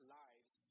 lives